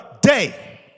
day